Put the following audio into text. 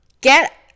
get